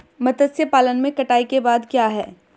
मत्स्य पालन में कटाई के बाद क्या है?